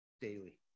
daily